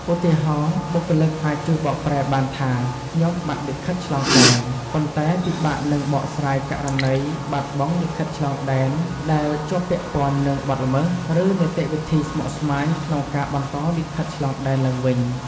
ឧទាហរណ៍ បុគ្គលិកអាចជួយបកប្រែបានថា "ខ្ញុំបាត់លិខិតឆ្លងដែន" ប៉ុន្តែពិបាកនឹងបកស្រាយករណីបាត់បង់លិខិតឆ្លងដែនដែលជាប់ពាក់ព័ន្ធនឹងបទល្មើស ឬនីតិវិធីស្មុគស្មាញក្នុងការបន្តលិខិតឆ្លងដែនឡើងវិញ។